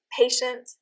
patient